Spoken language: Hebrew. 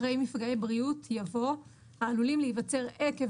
אחרי "מפגעי בריאות" יבוא "העלולים להיווצר עקב